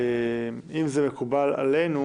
אם זה מקובל עלינו